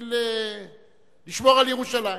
בשביל לשמור על ירושלים.